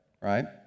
right